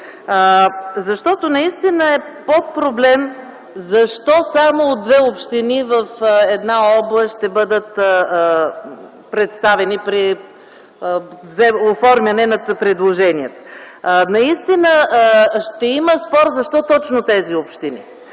Защото, наистина е подпроблем – защо само от две общини в една област ще бъдат представени при оформяне на предложенията? Наистина ще има спор: защо точно тези общини?